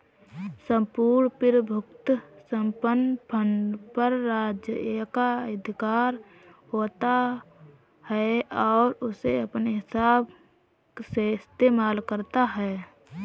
सम्पूर्ण प्रभुत्व संपन्न फंड पर राज्य एकाधिकार होता है और उसे अपने हिसाब से इस्तेमाल करता है